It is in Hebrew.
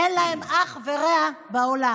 אין להם אח ורע בעולם.